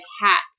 hats